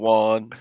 one